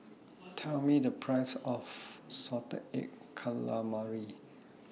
Tell Me The Price of Salted Egg Calamari